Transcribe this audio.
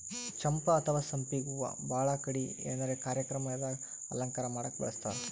ಚಂಪಾ ಅಥವಾ ಸಂಪಿಗ್ ಹೂವಾ ಭಾಳ್ ಕಡಿ ಏನರೆ ಕಾರ್ಯಕ್ರಮ್ ದಾಗ್ ಅಲಂಕಾರ್ ಮಾಡಕ್ಕ್ ಬಳಸ್ತಾರ್